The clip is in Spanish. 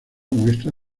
muestra